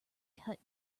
cut